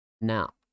Now